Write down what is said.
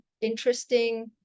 interesting